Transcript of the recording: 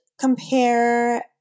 compare